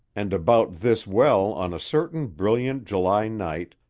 and about this well on a certain brilliant july night,